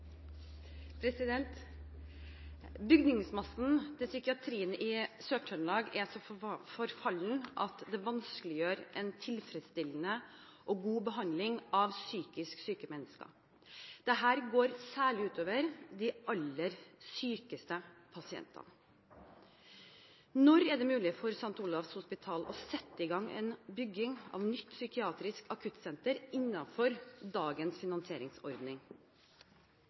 forfallen at det vanskeliggjør en tilfredsstillende og god behandling av psykisk syke mennesker. Dette går særlig ut over de aller sykeste pasientene. Når er det mulig for St. Olavs Hospital å sette i gang byggingen av nytt psykiatrisk akuttsenter innenfor dagens finansieringsordning?»